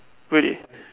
really